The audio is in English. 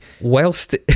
whilst